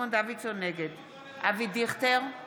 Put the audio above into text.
נגד אבי דיכטר,